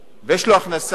ויש לו הכנסה טובה,